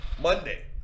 Monday